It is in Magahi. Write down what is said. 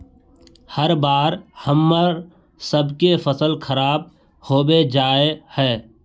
हर बार हम्मर सबके फसल खराब होबे जाए है?